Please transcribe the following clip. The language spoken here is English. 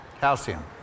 Calcium